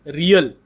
real